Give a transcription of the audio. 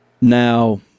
Now